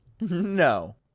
No